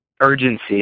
urgency